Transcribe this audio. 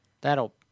That'll